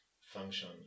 function